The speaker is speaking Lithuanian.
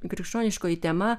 krikščioniškoji tema